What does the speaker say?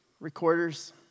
recorders